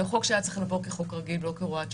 זה חוק שהיה צריך לעבור כחוק רגיל ולא כהוראת שעה,